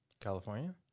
California